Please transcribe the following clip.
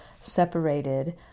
Separated